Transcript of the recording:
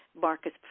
marcus